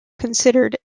considered